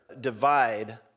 divide